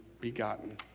begotten